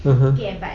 (uh huh)